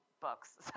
books